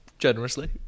Generously